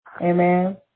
amen